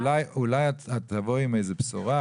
אולי את תבואי עם איזה בשורה